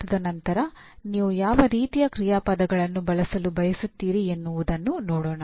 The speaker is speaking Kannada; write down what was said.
ತದನಂತರ ನೀವು ಯಾವ ರೀತಿಯ ಕ್ರಿಯಾಪದಗಳನ್ನು ಬಳಸಲು ಬಯಸುತ್ತೀರಿ ಎನ್ನುವುದನ್ನು ನೋಡೋಣ